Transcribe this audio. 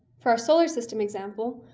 for our solar system example,